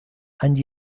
and